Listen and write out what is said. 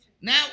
Now